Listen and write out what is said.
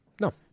No